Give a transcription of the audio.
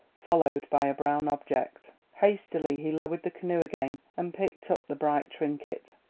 followed by a brown object. hastily he lowered the canoe again, and picked up the bright trinket.